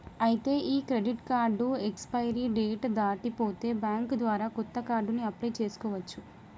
ఐతే ఈ credit card expiry date దాటి పోతే బ్యాంక్ ద్వారా కొత్త కార్డుని అప్లయ్ చేసుకోవచ్చు